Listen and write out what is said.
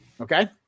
Okay